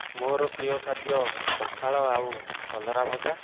ମୋର ପ୍ରିୟ ଖାଦ୍ୟ ପଖାଳ ଆଉ କଲରା ଭଜା